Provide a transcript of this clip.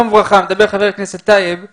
אני